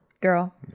girl